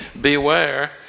Beware